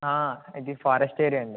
ఇది forest area అండి